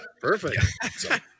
Perfect